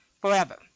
forever